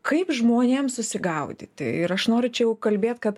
kaip žmonėm susigaudyti ir aš noriu čia jau kalbėt kad